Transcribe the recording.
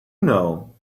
know